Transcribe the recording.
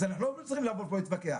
אז אנחנו לא רוצים לבוא לפה להתווכח.